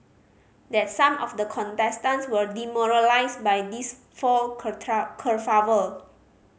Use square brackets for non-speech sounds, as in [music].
that some of the contestants were demoralised by this fall [unintelligible] kerfuffle